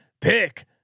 pick